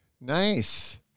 Nice